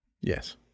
Yes